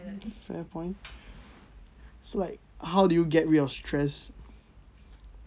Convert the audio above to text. fair point so like how do you get rid of stress